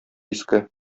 иске